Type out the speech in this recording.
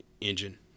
engine